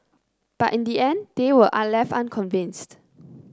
but in the end they were are left unconvinced